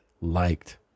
liked